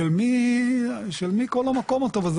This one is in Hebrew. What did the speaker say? של מי כל המקום הטוב הזה?